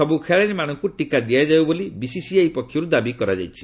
ସବୁ ଖେଳାଳିମାନଙ୍କୁ ଟିକା ଦିଆଯାଉ ବୋଲି ବିସିସିଆଇ ପକ୍ଷରୁ ଦାବି କରାଯାଇଛି